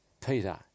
Peter